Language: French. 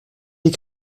des